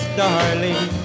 darling